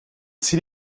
zieh